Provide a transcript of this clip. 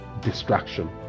distraction